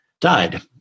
died